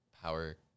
power